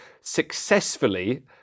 successfully